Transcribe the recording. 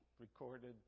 recorded